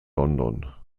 london